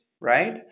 right